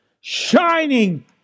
shining